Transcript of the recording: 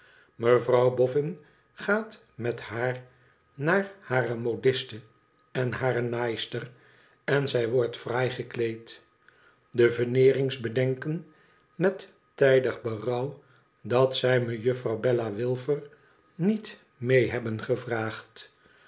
mevrouw bofïin gaat met haar naar hare modiste en hare naaister en zij wordt fraai gekleed de veneerings bedenken met tijdig berouw dat zij mejuffrouw bella wilfer niet mee hebben gevraagd